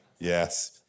Yes